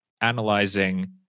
analyzing